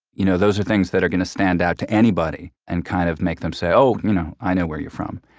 you know those are things that are going to stand out to anybody and kind of make them say, oh, you know i know where you're from.